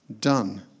done